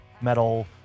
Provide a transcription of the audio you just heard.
metal